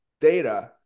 data